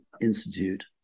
Institute